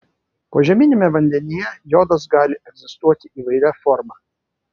požeminiame vandenyje jodas gali egzistuoti įvairia forma